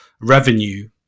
revenue